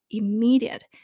immediate